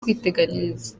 kwiteganyiriza